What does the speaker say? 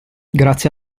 grazie